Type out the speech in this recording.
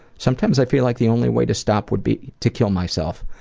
sometimes i feel like the only way to stop would be to kill myself.